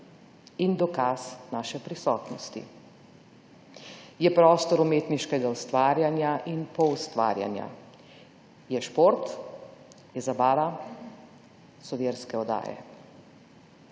in dokaz naše prisotnosti. Je prostor umetniškega ustvarjanja in poustvarjanja. Je šport. Je zabava. So verske oddaje.